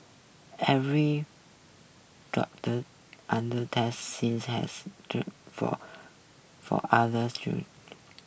every under test since has turn for for others